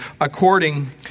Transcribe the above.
according